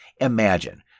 Imagine